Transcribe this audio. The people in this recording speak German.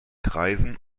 kreisen